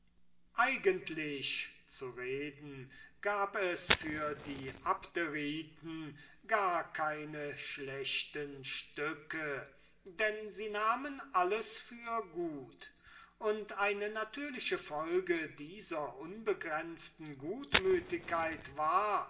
eigentlich zu reden gab es für die abderiten gar keine schlechte stücke denn sie nahmen alles für gut und eine natürliche folge dieser unbegrenzten gutmütigkeit war